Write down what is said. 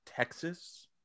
Texas